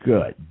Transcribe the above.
Good